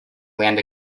land